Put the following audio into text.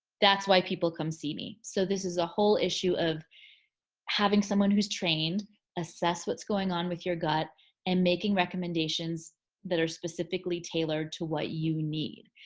that's why people come see me. so this is a whole issue of having someone who's trained assess what's going on with your gut and making recommendations that are specifically tailored to what you need.